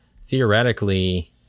theoretically